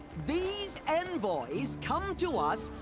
these envoys. come to us.